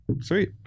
Sweet